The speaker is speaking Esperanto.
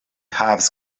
havis